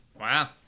Wow